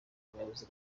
muyobozi